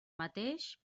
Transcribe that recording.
mateix